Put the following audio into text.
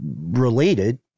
related